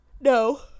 No